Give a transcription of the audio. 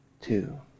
two